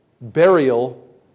burial